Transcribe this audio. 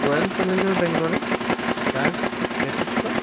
royal Challengers বেংগলোৰে যাৰ নেতৃত্ব